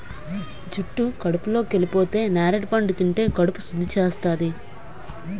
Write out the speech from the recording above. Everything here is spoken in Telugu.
జుట్టు కడుపులోకెళిపోతే నేరడి పండు తింటే కడుపు సుద్ధి చేస్తాది